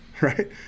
right